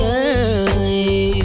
early